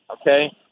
Okay